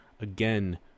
again